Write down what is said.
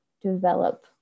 develop